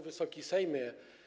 Wysoki Sejmie!